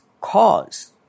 cause